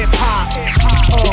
hip-hop